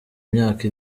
myaka